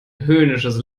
höhnisches